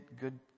good